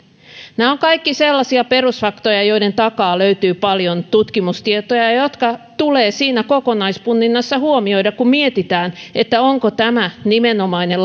nämä ovat kaikki sellaisia perusfaktoja joiden takaa löytyy paljon tutkimustietoa ja ja jotka tulee siinä kokonaispunninnassa huomioida kun mietitään onko tämä nimenomainen